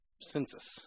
census